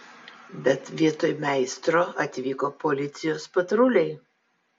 bet vietoj meistro atvyko policijos patruliai